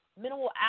minimal